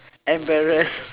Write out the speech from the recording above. embarrassed